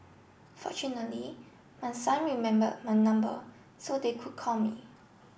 fortunately my son remembered my number so they could call me